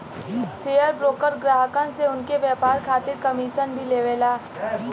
share broker ग्राहकन से उनके व्यापार खातिर कमीशन भी लेवला